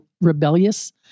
rebellious